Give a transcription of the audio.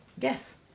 Yes